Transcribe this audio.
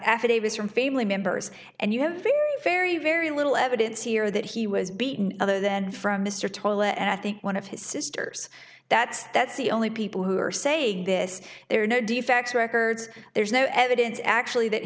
affidavits from family members and you have very very little evidence here that he was beaten other than from mr tall and i think one of his sisters that that's the only people who are saying this there are no defects records there's no evidence actually that